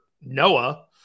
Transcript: noah